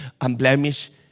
unblemished